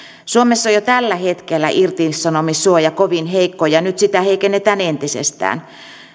suomessa on jo tällä hetkellä irtisanomissuoja kovin heikko ja nyt sitä heikennetään entisestään